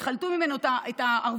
יחלטו ממנו את הערבות,